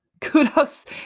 Kudos